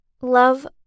Love